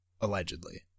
allegedly